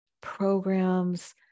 programs